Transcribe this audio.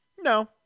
No